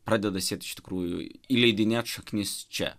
pradeda siet iš tikrųjų įleidinėt šaknis čia